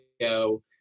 go